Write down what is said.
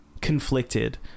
conflicted